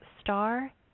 star